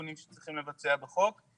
המשפטים לאפיק אצל מבקר המדינה כבונוס